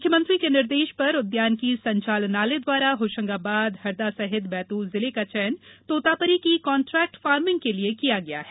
मुख्यमंत्री के निर्देश पर उद्यानिकी संचालनालय द्वारा होशंगाबाद हरदा सहित बैतूल जिले का चयन तोतापरी की कॉन्ट्रेक्ट फार्मिंग के लिए किया गया है